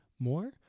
more